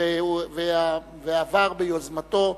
2008, עברה,